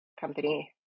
company